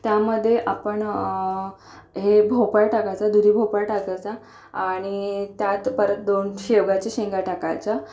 त्यामध्ये आपण हे भोपळा टाकायचा दुधी भोपळा टाकायचा आणि त्यात परत दोन शेवग्याच्या शेंगा टाकायच्या